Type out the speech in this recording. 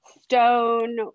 stone